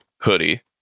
hoodie